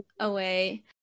away